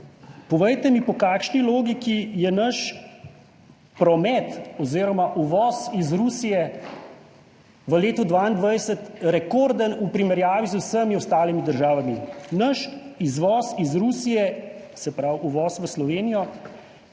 povejte mi, po kakšni logiki je naš promet oziroma uvoz iz Rusije v letu 2022 rekorden, v primerjavi z vsemi ostalimi državami. Naš izvoz iz Rusije, se pravi uvoz v Slovenijo